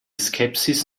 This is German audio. skepsis